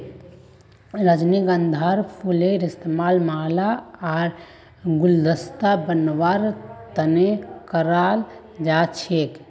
रजनीगंधार फूलेर इस्तमाल माला आर गुलदस्ता बनव्वार तने कराल जा छेक